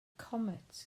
comet